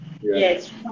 Yes